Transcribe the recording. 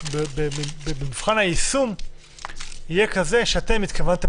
שמבחן היישום יהיה כזה שאתם התכוונתם